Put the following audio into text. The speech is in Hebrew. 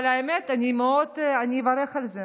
אבל אני אברך על זה.